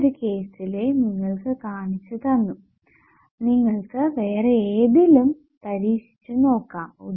ഞാൻ ഒരു കേസ്സിലെ നിങ്ങൾക്ക് കാണിച്ചു തന്നു നിങ്ങൾക്ക് വേറെ ഏതിലും പരീക്ഷിച്ചു നോക്കാം